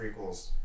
prequels